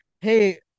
hey